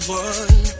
one